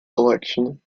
election